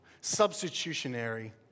substitutionary